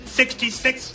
sixty-six